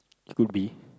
could be